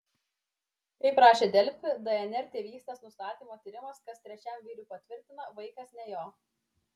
kaip rašė delfi dnr tėvystės nustatymo tyrimas kas trečiam vyrui patvirtina vaikas ne jo